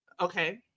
Okay